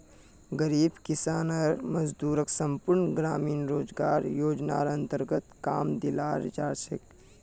गरीब किसान आर मजदूरक संपूर्ण ग्रामीण रोजगार योजनार अन्तर्गत काम दियाल जा छेक